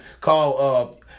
call